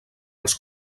els